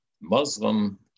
Muslim